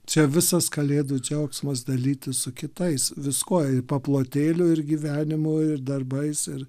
čia visas kalėdų džiaugsmas dalytis su kitais viskuo i paplotėliu ir gyvenimu ir darbais ir